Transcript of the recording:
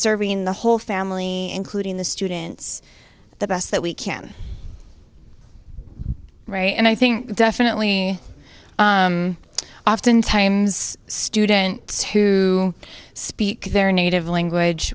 serving the whole family including the students the best that we can write and i think definitely oftentimes students who speak their native language